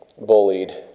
bullied